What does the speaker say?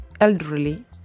elderly